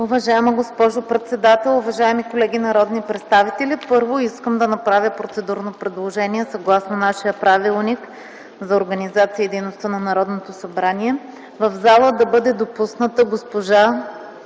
Уважаема госпожо председател, уважаеми колеги народни представители! Първо, искам да направя процедурно предложение съгласно нашия Правилник за организацията и дейността на Народното събрание в залата да бъде допусната госпожа